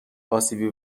اسیبی